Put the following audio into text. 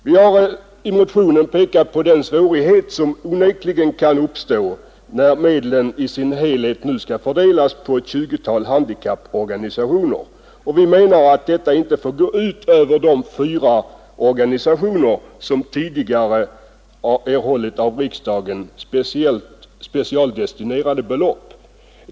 Vi har i motionen pekat på den svårighet som onekligen kan uppstå när medlen nu i sin helhet skall fördelas på ett 20-tal handikapporganisationer, och vi menar att detta inte får gå ut över de fyra organisationer, som tidigare erhållit av riksdagen specialdestinerade belopp.